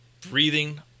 breathing